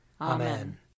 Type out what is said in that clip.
Amen